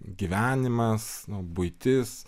gyvenimas nu buitis